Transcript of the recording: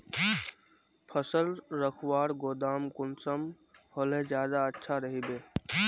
फसल रखवार गोदाम कुंसम होले ज्यादा अच्छा रहिबे?